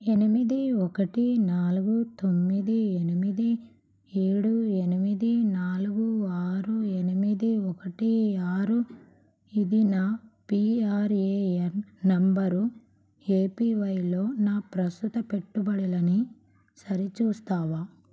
ఎనిమిది ఒకటి నాలుగు తొమ్మిది ఎనిమిది ఏడు ఎనిమిది నాలుగు ఆరు ఎనిమిది ఒకటి ఆరు ఇది నా పిఆర్ఏఎన్ నంబరు ఏపీవైలో నా ప్రస్తుత పెట్టుబడులని సరిచూస్తావా